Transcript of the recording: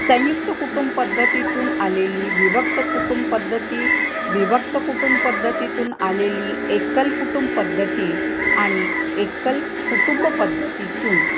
संयुक्त कुटुंब पद्धतीतून आलेली विभक्त कुटुंब पद्धती विभक्त कुटुंब पद्धतीतून आलेली एकल कुटुंब पद्धती आणि एकल कुटुंब पद्धतीतून